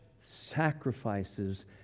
sacrifices